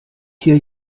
hier